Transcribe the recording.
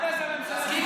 עד אז הממשלה תיפול.